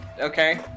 okay